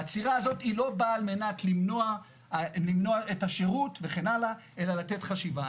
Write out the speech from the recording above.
העצירה הזאת היא לא באה על מנת למנוע את השירות וכן הלאה אלא לתת חשיבה.